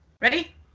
Ready